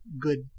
good